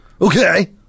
Okay